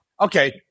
Okay